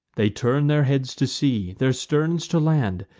they turn their heads to sea, their sterns to land,